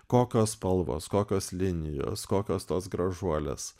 kokios spalvos kokios linijos kokios tos gražuolės